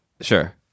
Sure